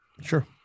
Sure